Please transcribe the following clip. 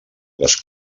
les